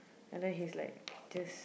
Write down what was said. and then he's like just